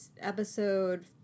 episode